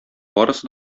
барысы